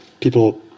people